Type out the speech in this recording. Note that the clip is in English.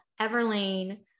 Everlane